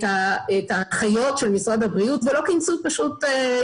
את ההנחיות של משרד הבריאות ולא כינסו ישיבות,